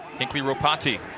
Hinkley-Ropati